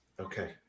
Okay